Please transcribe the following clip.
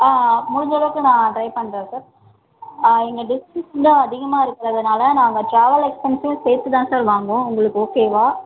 ஆ முடிஞ்சளவுக்கு நான் ட்ரை பண்ணுறேன் சார் ஆ எங்கள் டிஸ்டன்ஸ் வந்து அதிகமாக இருக்கிறதுனால நாங்கள் ட்ராவல் எக்ஸ்பென்ஸுமே சேர்த்து தான் சார் வாங்குவோம் உங்களுக்கு ஓகேவா